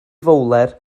fowler